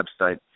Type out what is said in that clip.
website